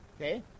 Okay